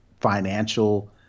financial